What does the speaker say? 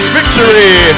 Victory